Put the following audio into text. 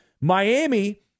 Miami